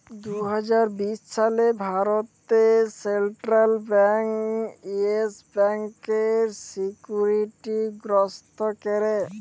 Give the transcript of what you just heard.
দু হাজার বিশ সালে ভারতে সেলট্রাল ব্যাংক ইয়েস ব্যাংকের সিকিউরিটি গ্রস্ত ক্যরে